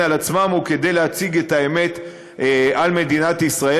על עצמם או כדי להציג את האמת על מדינת ישראל,